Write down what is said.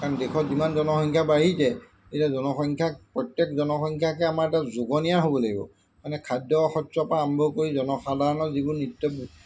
কাৰণ দেশত যিমান জনসংখ্যা বাঢ়িছে এতিয়া জনসংখ্যাক প্ৰত্যেক জনসংখ্যাকে আমাৰ এটা যোগনীয়া হ'ব লাগিব মানে খাদ্য শস্যৰপৰা আৰম্ভ কৰি জনসাধাৰণৰ যিবোৰ নিত্য